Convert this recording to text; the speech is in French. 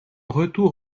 retour